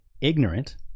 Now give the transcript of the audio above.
ignorant